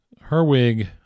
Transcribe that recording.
Herwig